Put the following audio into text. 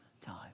time